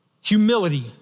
Humility